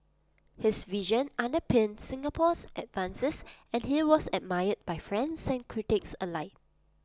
his vision underpinned Singapore's advances and he was admired by friends and critics alike